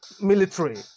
military